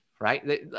right